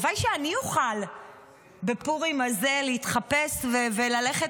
הלוואי שאני אוכל בפורים הזה להתחפש וללכת